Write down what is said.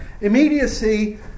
Immediacy